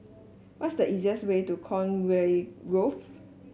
what is the easiest way to Conway Grove